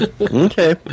Okay